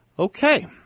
Okay